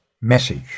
message